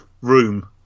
room